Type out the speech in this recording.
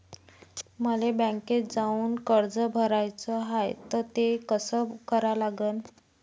मले बँकेत जाऊन कर्ज भराच हाय त ते कस करा लागन?